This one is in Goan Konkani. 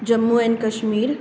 जम्मू अँड कश्मीर